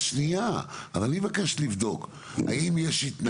אני מבקש לבדוק האם יש התנגדות שלכם?